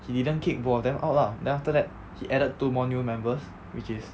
he didn't kick both them out lah then after that he added two more new members which is